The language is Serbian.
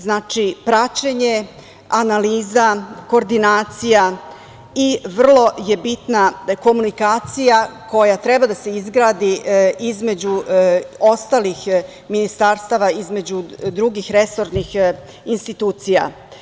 Znači, praćenje, analiza, koordinacija i vrlo je bitna komunikacija koja treba da se izgradi između ostalih ministarstava i drugih resornih institucija.